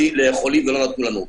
לחולים, ולא נתנו לנו.